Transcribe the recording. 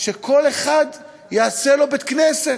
שכל אחד יעשה לו בית-כנסת,